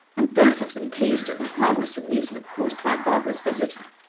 and both of them pleased at the harmless amusement caused by barbara's visitor.